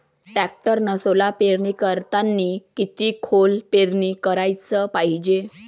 टॅक्टरनं सोला पेरनी करतांनी किती खोल पेरनी कराच पायजे?